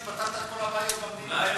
פתרת את כל הבעיות במדינה.